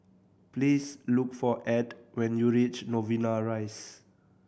please look for Ed when you reach Novena Rise